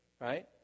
right